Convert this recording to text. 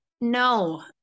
no